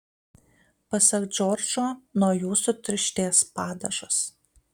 pasak džordžo nuo jų sutirštės padažas